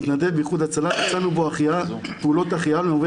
מתנדב באיחוד הצלה ביצענו בו פעולות החייאה ולמרבה